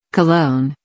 Cologne